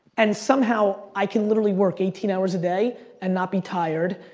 and somehow i can literally work eighteen hours a day and not be tired,